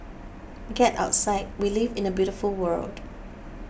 get outside we live in a beautiful world